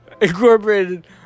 Incorporated